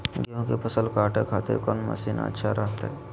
गेहूं के फसल काटे खातिर कौन मसीन अच्छा रहतय?